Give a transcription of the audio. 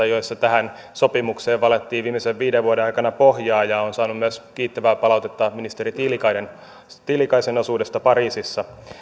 joissa tähän sopimukseen valettiin viimeisen viiden vuoden aikana pohjaa ja olen saanut kiittävää palautetta myös ministeri tiilikaisen osuudesta pariisissa